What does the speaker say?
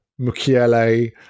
Mukiele